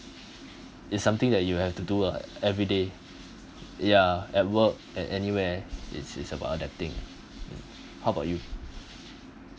it's something that you have to do ah everyday ya at work and anywhere it's it's about on that thing how about you